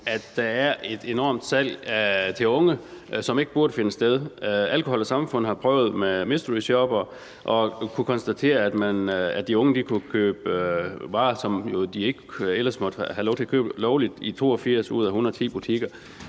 at der er et enormt salg til unge, som ikke burde finde sted. Alkohol & Samfund har lavet forsøg med mysteryshoppere og har kunnet konstatere, at de unge kunne købe varer, som de ellers ikke måtte købe lovligt, i 82 ud af 110 butikker.